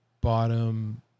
bottom